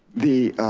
the